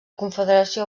confederació